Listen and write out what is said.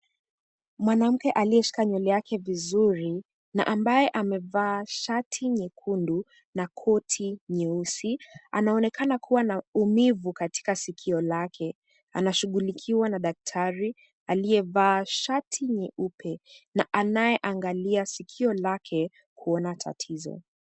Mwanamke aliyeshika nywele yake vizuri na ambaye amevaa shati nyekundu na koti nyeusi anaonekana kuwa na umivu katika sikio lake. Anashughulikiwa na daktari aliyevaa shati nyeupe na anayeangalia sikio lake kuona tatizo.